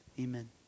amen